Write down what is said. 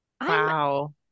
wow